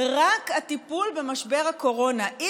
רק בטיפול במשבר הקורונה.